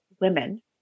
women